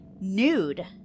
nude